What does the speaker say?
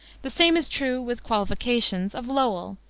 the same is true, with qualifications, of lowell,